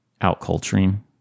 out-culturing